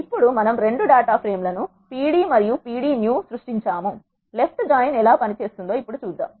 ఇప్పుడు మనం రెండు డాటా ఫ్రేమ్ లను pd మరియు pd new సృష్టించాము లెఫ్ట్ జాయిన్ ఎలా పని చేస్తుందో చూద్దాం